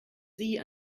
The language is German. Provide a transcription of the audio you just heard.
sie